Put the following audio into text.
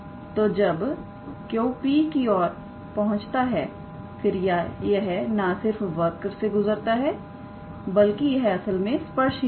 तोजब Q P को पहुँचता है फिर यह ना सिर्फ वर्क से गुजरता है बल्कि यह असल में स्पर्श ही होगा